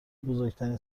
بزرگترین